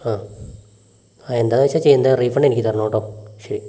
ആ ആ എന്താണെന്ന് വെച്ചാൽ ചെയ്യ് എന്താണെന്ന് റീഫണ്ട് എനിക്ക് തരണം കേട്ടോ ശരി